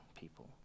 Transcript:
people